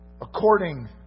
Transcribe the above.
According